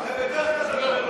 הרי בדרך כלל,